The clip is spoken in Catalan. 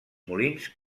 molins